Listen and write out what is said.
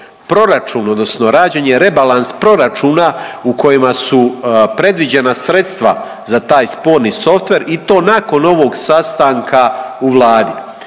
proračun, odnosno rađen je rebalans proračuna u kojima su predviđena sredstva za taj sporni softver i to nakon ovog sastanka u Vladi.